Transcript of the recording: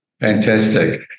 Fantastic